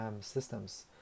systems